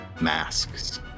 masks